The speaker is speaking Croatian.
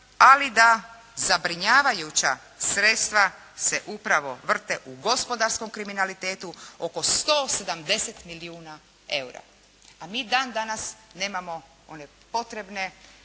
ali da zabrinjavajuća sredstva se upravo vrte u gospodarskom kriminalitetu oko 170 milijuna eura, a mi dan danas nemamo one potrebne